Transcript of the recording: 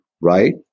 right